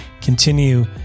continue